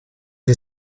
les